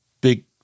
big